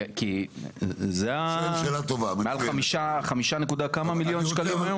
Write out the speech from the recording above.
כי זה מעל חמישה מיליון, וכמה שקלים היום?